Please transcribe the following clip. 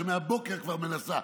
שמהבוקר כבר מנסה,